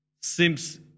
seems